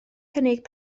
cynnig